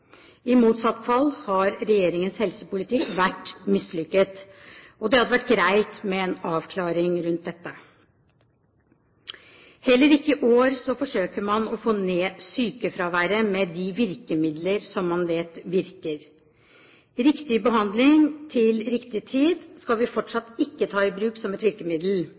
I motsatt fall har regjeringens helsepolitikk vært mislykket. Det hadde vært greit med en avklaring rundt dette. Heller ikke i år forsøker man å få ned sykefraværet med de virkemidler som man vet virker. Riktig behandling til riktig tid skal vi fortsatt ikke ta i bruk som et virkemiddel.